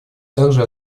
также